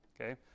Okay